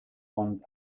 ones